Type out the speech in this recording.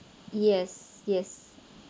yes yes